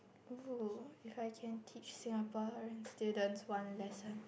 oh if I can teach Singaporean students one lesson